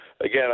again